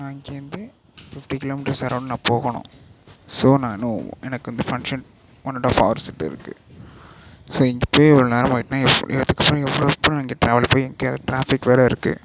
நான் இங்கேருந்து fifty kilometres அரௌண்ட்ல நான் போகணும் ஸோ நான் இன்னும் எனக்கு இந்த ஃபங்ஷன் ஒன் அண்ட் ஆஃப் ஹவர்ஸ்கிட்ட இருக்கு ஸோ இங்கே போய் இவ்வளோ நேரமாயிட்டுனா எப்படி இதுக்கு அப்புறம் எவ்வளோ ட்ராபிக் வேறு இருக்கு